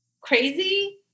crazy